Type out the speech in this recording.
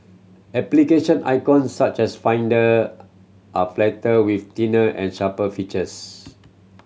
application icon such as Finder are flatter with thinner and sharper features